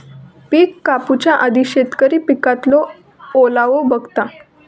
पिक कापूच्या आधी शेतकरी पिकातलो ओलावो बघता